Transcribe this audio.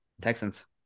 Texans